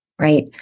right